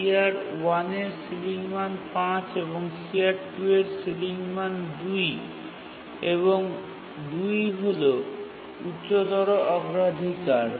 CR1 এর ceiling মান ৫ এবং CR2 এর সিলিং মান ২ এবং ২ হল উচ্চতর অগ্রাধিকার